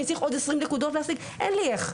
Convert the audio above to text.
צריך להשלים עוד 20 נקודות אין לי איך.